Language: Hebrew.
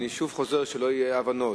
אני שוב חוזר, שלא יהיו אי-הבנות.